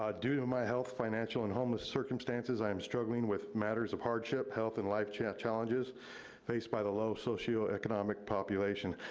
ah due to my health, financial, and homeless circumstances, i am struggling with matters of hardship, health, and life challenges faced by the low socioeconomic population.